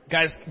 Guys